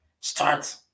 Start